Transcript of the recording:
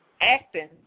acting